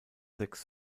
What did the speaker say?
sechs